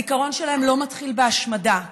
הזיכרון שלהן לא מתחיל בהשמדה.